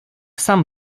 sam